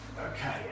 okay